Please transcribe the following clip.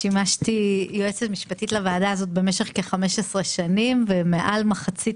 שימשתי יועצת משפטית לוועדה הזאת במשך כ-15 שנים ובמשך יותר ממחצית